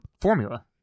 formula